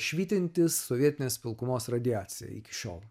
švytintys sovietinės pilkumos radiacija iki šiol